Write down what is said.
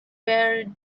where